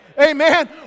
Amen